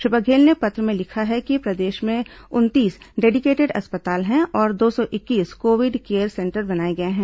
श्री बघेल ने पत्र में लिखा है कि प्रदेश में उनतीस डेडिकेटेड अस्पताल और दो सौ इक्कीस कोविड केयर सेंटर बनाए गए हैं